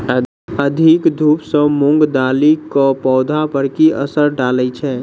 अधिक धूप सँ मूंग दालि केँ पौधा पर की असर डालय छै?